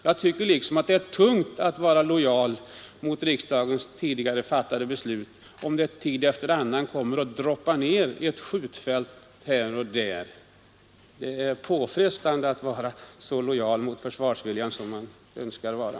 Jag tycker att det är Torsdagen den tungt att vara lojal mot riksdagens tidigare fattade beslut, om det tid 29 mars 1973 efter annan droppar ned ett skjutfält här och där. Det är påfrestande att vara så lojal mot försvarsviljan som man önskar vara.